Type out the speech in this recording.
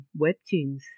webtoons